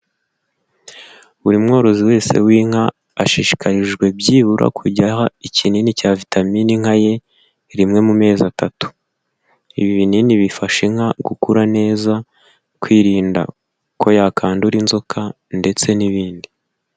Buri mworozi wese w'inka ashishikarijwe byibura kujya aha ikinini cya vitamin nka ye rimwe mu mezi atatu. Ibi binini bifasha inka gukura neza, kwirinda ko yakandura inzoka ndetse n'ibindi.